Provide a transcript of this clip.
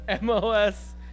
MOS